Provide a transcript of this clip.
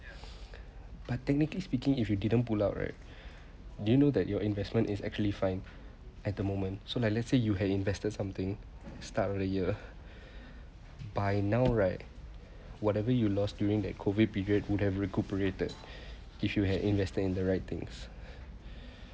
but technically speaking if you didn't pull out right do you know that your investment is actually fine at the moment so like let's say you had invested something start of the year by now right whatever you lost during that COVID period would have recuperated if you had invested in the right things